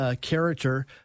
character